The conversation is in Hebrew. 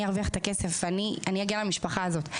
ארוויח את הכסף ואני אגן על המשפחה הזאת.